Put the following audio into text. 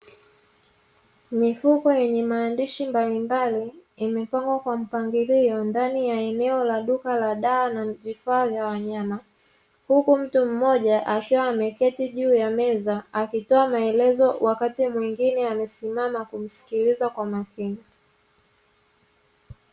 Mifuko yenye maandishi mbalimbali imepangwa kwa mpangilio ndani ya eneo la duka la dawa na vifaa vya wanyama, huku mtu mmoja akiwa ameketi juu ya meza akitoa maelezo, wakati mtu mwengine akiwa amesimama kumsikiliza kwa makini.